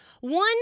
one